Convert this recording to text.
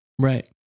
Right